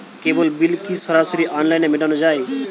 কেবল bill কি সরাসরি অনলাইনে মেটানো য়ায়?